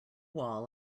wall